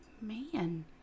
man